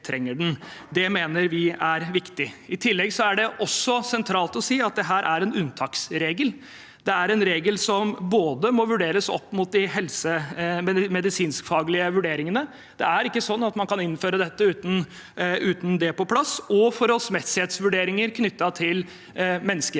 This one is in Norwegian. Det mener vi er viktig. I tillegg er det sentralt å si at dette er en unntaksregel. Det er en regel som må vurderes opp mot både helse- og medisinskfaglige vurderinger – det er ikke sånn at man kan innføre dette uten det på plass – og forholdsmessighetsvurderinger knyttet til menneskerettighetene.